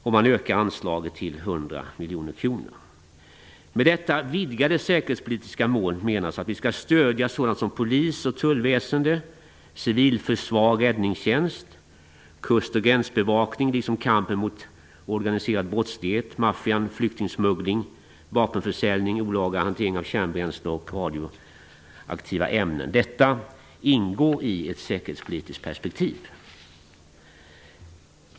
Anslaget ökas till 100 miljoner kronor. Med detta vidgade säkerhetspolitiska mål menas att vi skall stödja sådant som polis och tullväsende, civilförsvar och räddningstjänst, kust och gränsbevakning liksom kampen mot organiserad brottslighet, maffian, flyktingsmuggling, vapenförsäljning, olaga hantering av kärnbränsle och radioaktiva ämnen. Detta ingår i ett säkerhetspolitiskt perspektiv.